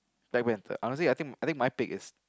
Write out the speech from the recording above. Black-Panther honesty I think my pick is